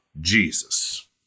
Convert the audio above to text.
Jesus